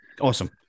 awesome